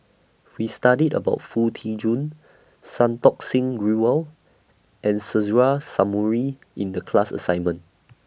We studied about Foo Tee Jun Santokh Singh Grewal and Suzairhe Sumari in The class assignment